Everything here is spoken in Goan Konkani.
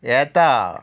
येता